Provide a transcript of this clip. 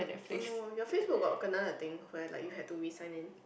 oh no your Facebook got kena the thing where like you had to resign in